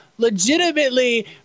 legitimately